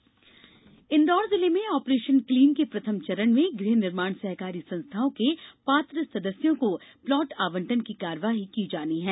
operation clean Indore जिले में operation clean के प्रथम चरण में गृह निर्माण सहकारी संस्थाओं के पात्र सदस्यों को प्लाट आवंटन की कार्यवाही की जानी है